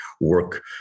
work